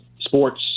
sports